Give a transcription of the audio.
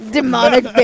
Demonic